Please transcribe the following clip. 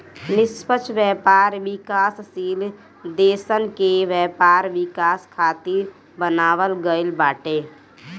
निष्पक्ष व्यापार विकासशील देसन के व्यापार विकास खातिर बनावल गईल बाटे